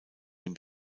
den